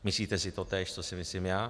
Myslíte si totéž, co si myslím já?